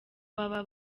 baba